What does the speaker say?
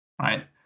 right